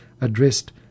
addressed